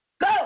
Go